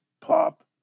pop